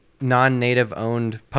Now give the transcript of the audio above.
non-Native-owned